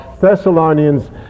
Thessalonians